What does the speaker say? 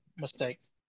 mistakes